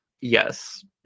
Yes